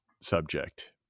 subject